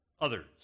others